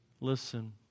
Listen